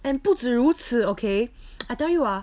and 不止如此